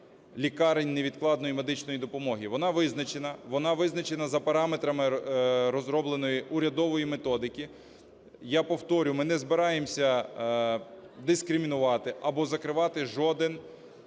лікарень невідкладної медичної допомоги. Вона визначена, вона визначена за параметрами розробленої урядової методики. Я повторю, ми не збираємося дискримінувати або закривати жоден